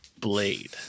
Blade